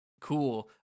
cool